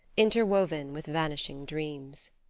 interwoven with vanishing dreams.